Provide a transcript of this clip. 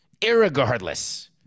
irregardless